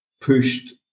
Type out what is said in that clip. pushed